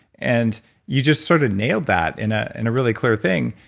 and you just sorta nailed that in ah in a really clear thing.